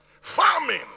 farming